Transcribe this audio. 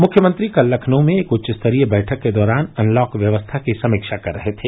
मुख्यमंत्री कल लखनऊ में एक उच्चस्तरीय बैठक के दौरान अनलॉक व्यवस्था की समीक्षा कर रहे थे